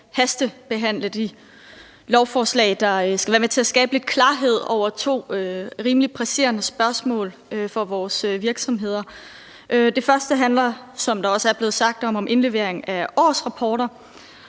hastebehandle de lovforslag, der skal være med til at skabe lidt klarhed over to rimelig presserende spørgsmål for vores virksomheder. Det første handler, som der også blevet sagt, om indlevering af årsrapporter.